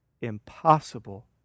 impossible